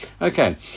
Okay